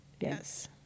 Yes